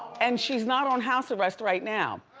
and she's not on house arrest right now.